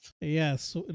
Yes